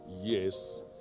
Yes